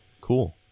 Cool